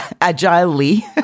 agilely